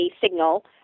signal